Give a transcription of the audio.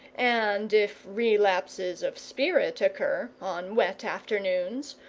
and if relapses of spirit occur, on wet afternoons,